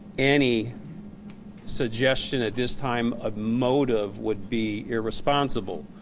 any suggestion at this time of motive would be irresponsible.